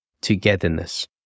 togetherness